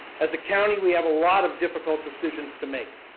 as a county we have a lot of difficult decisions to make.